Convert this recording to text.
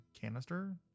canister